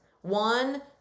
One